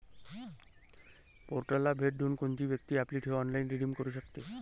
पोर्टलला भेट देऊन कोणतीही व्यक्ती आपली ठेव ऑनलाइन रिडीम करू शकते